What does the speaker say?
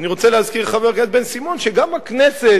אני רוצה להזכיר לחבר הכנסת בן-סימון שגם הכנסת